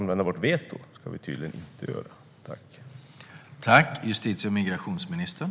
Använda vårt veto ska vi tydligen inte göra, nämligen.